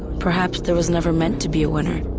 perhaps there was never meant to be a winner.